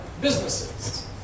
businesses